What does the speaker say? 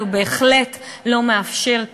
בייחוד העשירונים